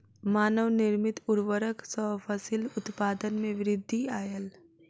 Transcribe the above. मानव निर्मित उर्वरक सॅ फसिल उत्पादन में वृद्धि आयल